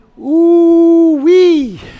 Ooh-wee